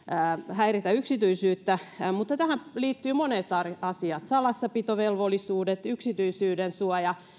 häiritä yksityisyyttä tähän liittyvät monet arjen asiat salassapitovelvollisuudet yksityisyydensuoja